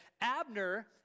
Abner